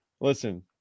listen